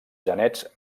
genets